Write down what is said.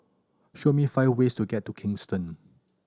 show me five ways to get to Kingston